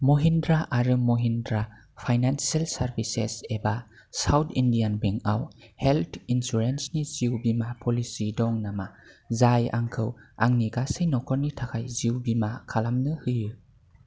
महिन्द्रा आरो Mahindra financial services एबा south Indian bank आव हेल्थ इन्सुरेन्सनि जिउ बीमा पलिसि दं नामा जाय आंखौ आंनि गासै न'खरनि थाखाय जिउ बीमा खालामनो होयो